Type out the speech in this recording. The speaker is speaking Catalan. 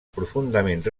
profundament